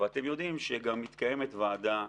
ואתם יודעים שגם מתקיימת ועדה,